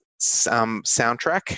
soundtrack